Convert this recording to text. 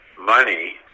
money